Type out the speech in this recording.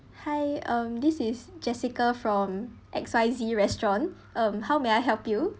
hi um this is jessica from X_Y_Z restaurant um how may I help you